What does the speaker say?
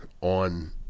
on